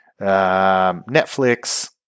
Netflix